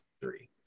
three